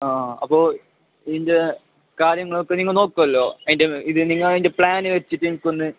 ആ അപ്പോൾ ഈൻ്റെ കാര്യങ്ങളൊക്കെ നിങ്ങൾ നോക്കുവല്ലോ അതിൻ്റെ ഇത് നിങ്ങൾ അതിൻ്റെ പ്ലാന് വെച്ചിട്ട് എനിക്കൊന്ന്